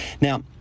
now